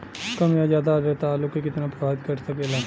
कम या ज्यादा आद्रता आलू के कितना प्रभावित कर सकेला?